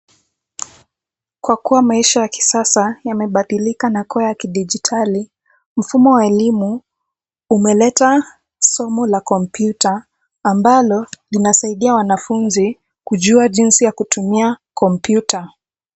Kwa kuwa maisha ya kisasa yamebadilika na kuwa ya kijiditali, mfumo wa elimu umeleta somo la kompyuta ambalo linasaidia wanafunzi kujua jinsi ya kutumia kompyuta.